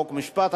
חוק ומשפט,